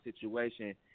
situation